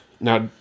Now